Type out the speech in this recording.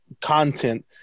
content